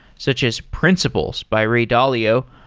such as principles by ray dalio,